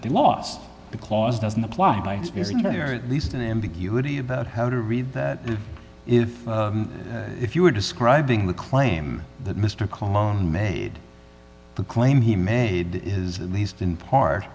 they lost the clause doesn't apply to music or at least an ambiguity about how to read that if if you were describing the claim that mr cologne made the claim he made is at least in part